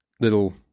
little